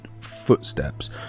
footsteps